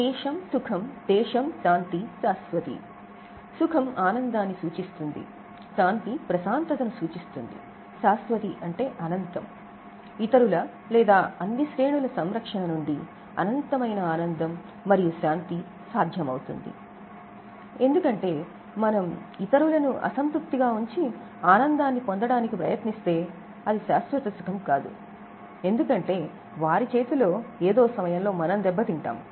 తేషం సుఖం తేషం శాంతి శాశ్వతి మీరు అర్థం చేసుకుంటారని నేను ఆశిస్తున్నాను సుఖం ఆనందాన్ని సూచిస్తుంది శాంతి ప్రశాంతతను సూచిస్తుంది శాస్వతి అంటే అనంతం ఇతరులను లేదా అన్ని శ్రేణుల సంరక్షణ నుండి అనంతమైన ఆనందం మరియు శాంతి సాధ్యమవుతుంది ఎందుకంటే మనం ఇతరులను అసంతృప్తిగా ఉంచే ఆనందాన్ని పొందడానికి ప్రయత్నిస్తే అది శాశ్వత సుఖం కాదు ఎందుకంటే వేరే సమయంలో మనం దెబ్బతింటాము